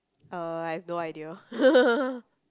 uh I have no idea